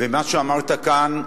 ומה שאמרת כאן,